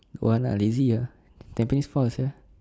don't want ah lazy ah tampines far sia